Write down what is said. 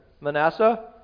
Manasseh